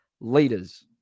leaders